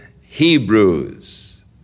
Hebrews